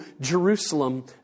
Jerusalem